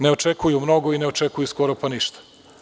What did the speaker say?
Ne očekuju mnogo, i ne očekuju skoro pa ništa.